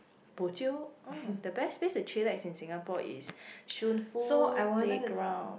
bo jio oh the best place to chillax is Shunfu playground